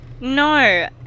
no